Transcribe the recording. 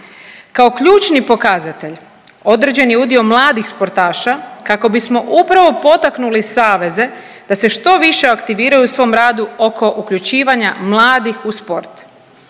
Kao ključni pokazatelj određen je udio mladih sportaša kako bismo upravo potaknuli saveze da se što više aktiviraju u svom radu oko uključivanja mladih u sport.